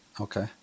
Okay